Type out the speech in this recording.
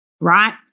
right